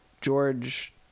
George